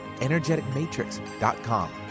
energeticmatrix.com